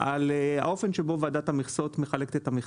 על האופן בו ועדת המכסות מחלקת את המכסות.